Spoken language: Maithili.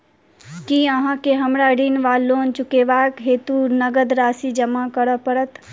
की अहाँ केँ हमरा ऋण वा लोन चुकेबाक हेतु नगद राशि जमा करऽ पड़त?